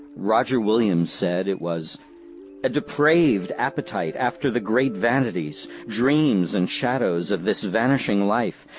roger williams said it was a depraved appetite after the great vanities, dreams and shadows of this vanishing life,